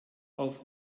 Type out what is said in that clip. auf